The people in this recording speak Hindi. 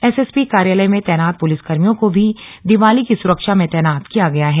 एसएसपी कार्यालय में तैनात पुलिसकर्मियों को भी दीवाली की सुरक्षा में तैनात किया गया है